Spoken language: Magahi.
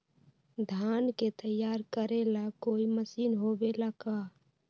धान के तैयार करेला कोई मशीन होबेला का?